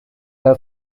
are